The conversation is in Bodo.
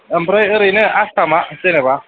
आमफ्राय ओरैनो आसामा जेनेबा